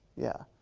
yeah,